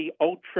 Ultra